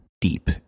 deep